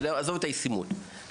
עזוב את הישימות,